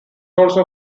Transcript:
also